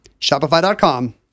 Shopify.com